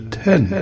ten